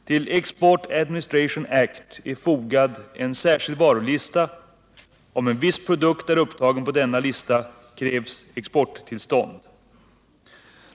Till ”Export Administration Act” är fogad en särskild varulista. Om en viss produkt är upptagen på denna lista, krävs exporttillstånd.